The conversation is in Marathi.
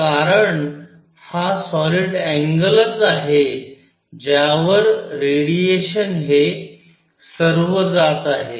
कारण हा सॉलिड अँगलच आहे ज्यावर रेडिएशन हे सर्व जात आहे